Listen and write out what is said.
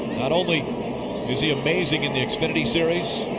not only is he amazing in the xfinity series.